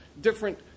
different